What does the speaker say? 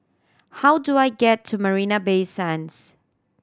how do I get to Marina Bay Sands